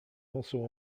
also